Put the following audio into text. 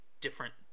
different